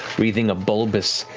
wreathing a bulbous,